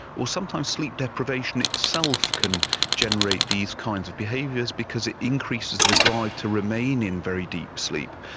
or sometimes sleep deprivation itself can generate these kinds of behaviours because it increases the drive to remain in very deep sleep.